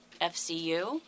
FCU